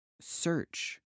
search